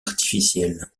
artificielle